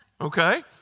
okay